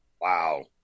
Wow